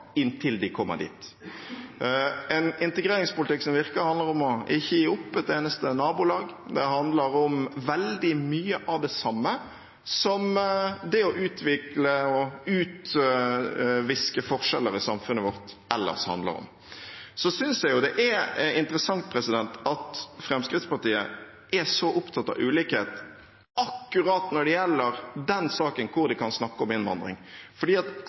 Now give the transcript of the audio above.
inntil de kommer dit. En integreringspolitikk som virker, handler om ikke å gi opp et eneste nabolag. Det handler om veldig mye av det samme som det å utviske forskjeller i samfunnet vårt ellers handler om. Jeg synes det er interessant at Fremskrittspartiet er så opptatt av ulikhet akkurat når det gjelder en sak der de kan snakke om innvandring. For ellers er det altså sånn at